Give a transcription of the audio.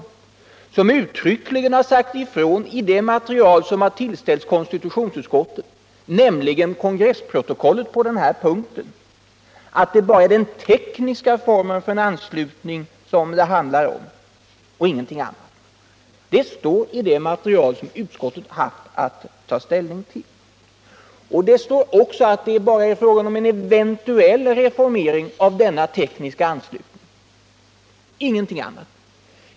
Han har uttryckligen sagt ifrån i det material som har tillställts konstitutionsutskottet, nämligen kongressprotokollet på den här punkten, att det bara är den tekniska formen för en anslutning som det handlar om. Det står alltså i det material som utskottet haft att ta ställning till. Det står också att det bara är fråga om en eventuell reformering av denna tekniska anslutning, ingenting annat.